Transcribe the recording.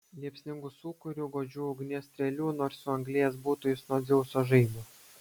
liepsningu sūkuriu godžių ugnies strėlių nors suanglėjęs būtų jis nuo dzeuso žaibo